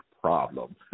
problem